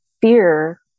fear